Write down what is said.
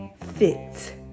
Fit